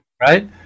Right